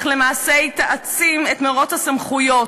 אך למעשה היא תעצים את מירוץ הסמכויות.